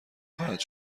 خواهد